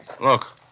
Look